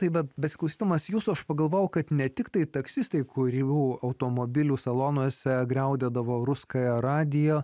taip bet besiskųsdamas jūsų aš pagalvojau kad ne tiktai taksistai kurių automobilių salonuose griaudėdavo ruskajo radijo